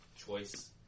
Choice